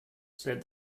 said